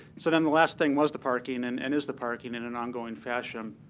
so then the last thing was the parking and and is the parking in an ongoing fashion.